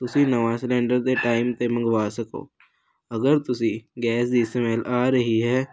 ਤੁਸੀਂ ਨਵਾਂ ਸਿਲਿੰਡਰ ਦੇ ਟਾਈਮ 'ਤੇ ਮੰਗਵਾ ਸਕੋ ਅਗਰ ਤੁਸੀਂ ਗੈਸ ਦੀ ਸਮੈਲ ਆ ਰਹੀ ਹੈ